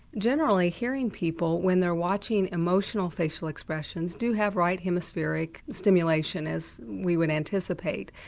generally hearing people when they're watching emotional facial expressions do have right hemispheric stimulation, as we would anticipate.